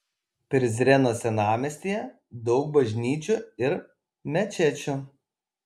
prizreno senamiestyje daug bažnyčių ir mečečių